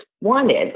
wanted